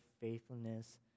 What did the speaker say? faithfulness